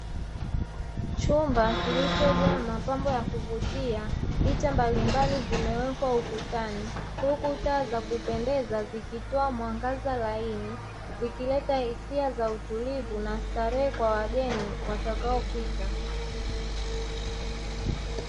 Chumba kilichojaa mapambo ya kuvutia picha mbalimbali zimewekwa ukutani, huku taa za kupendeza zikitoa mwangaza laini, zikileta hisia za utulivu na starehe kwa wageni watakao fika.